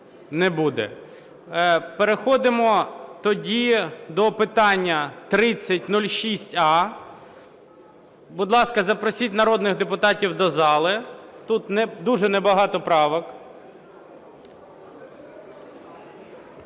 Не буде. Переходимо тоді до питання 3006а. Будь ласка, запросіть народних депутатів до зали. Тут дуже небагато правок.